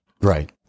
Right